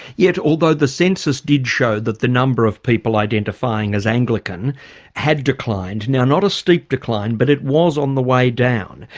yet although the census did show that the number of people identifying as anglican had declined now not a steep decline, but it was on the way down.